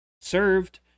served